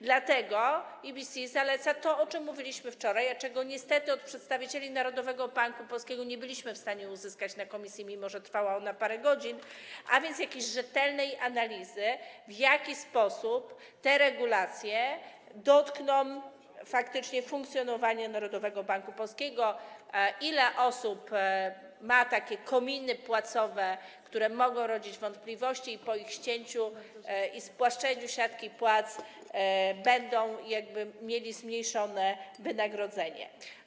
Dlatego IBC zaleca to, o czym mówiliśmy wczoraj, a czego niestety od przedstawicieli Narodowego Banku Polskiego nie byliśmy w stanie uzyskać na posiedzeniu komisji, mimo że trwała ona parę godzin, a więc jakąś rzetelną analizę, w jaki sposób te regulacje dotkną faktycznie funkcjonowania Narodowego Banku Polskiego, ile osób ma takie kominy płacowe, które mogą rodzić wątpliwości, a po ich ścięciu i spłaszczeniu siatki płac osoby te będą miały zmniejszone wynagrodzenie.